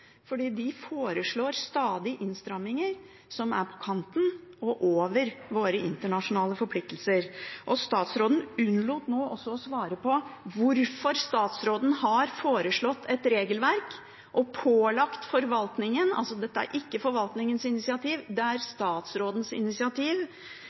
fordi de stadig foreslår innstramminger som er på kanten av, eller over, våre internasjonale forpliktelser. Statsråden unnlot nå å svare på hvorfor statsråden har foreslått et regelverk og pålagt forvaltningen – dette er ikke forvaltningens initiativ,